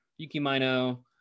yukimino